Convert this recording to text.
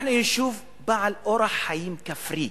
אנחנו יישוב בעל אורח חיים כפרי,